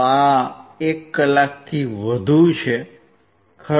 આ 1 કલાકથી વધુ છે ખરું